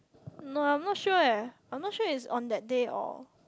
no I'm not sure eh I'm not sure is on that day or